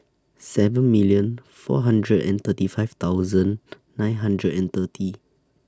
seven million four hundred and thirty five thousand nine hundred and thirty